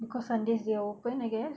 cause sundays they are open I guess